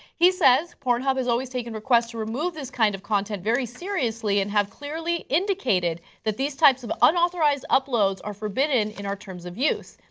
he says pornhub has always taken requests to remove this kind of content very seriously and have clearly indicated that these types of unauthorized uploads are forbidden in our terms of use.